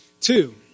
Two